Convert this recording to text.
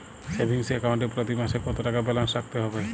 Savings account এ প্রতি মাসে কতো টাকা ব্যালান্স রাখতে হবে?